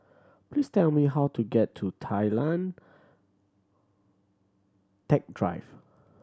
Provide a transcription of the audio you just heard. please tell me how to get to Tay Lian Teck Drive